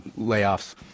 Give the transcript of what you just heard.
Layoffs